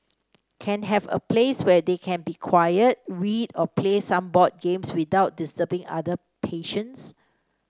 can have a place where they can be quiet read or play some board games without disturbing other patients